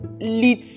Lit